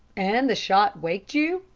and the shot waked you?